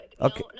Okay